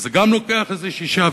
וגם זה לוקח איזה שעה.